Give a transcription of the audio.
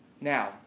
Now